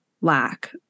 lack